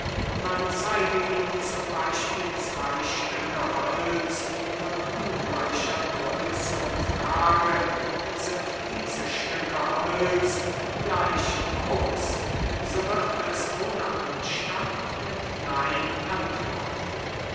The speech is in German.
man zeige ihm z b zwey stücke holz von ungleicher größe und frage sind diese stücke holz gleich groß so wird es ohne anstand mit nein antworten